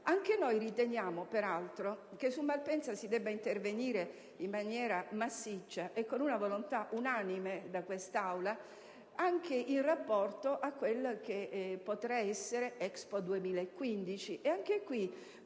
Anche noi riteniamo peraltro che su Malpensa si debba intervenire in maniera massiccia e con una volontà unanime da parte quest'Aula anche in rapporto a quello che potrà essere Expo 2015.